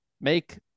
Make